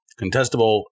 Contestable